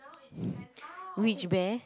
which bear